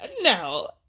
no